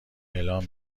اعلام